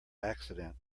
accident